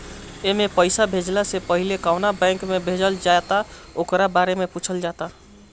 एमे पईसा भेजला से पहिले कवना बैंक में भेजल जाता ओकरा बारे में पूछल जाता